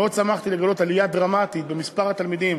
מאוד שמחתי לגלות עלייה דרמטית במספר התלמידים